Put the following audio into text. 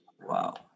Wow